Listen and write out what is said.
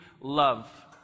love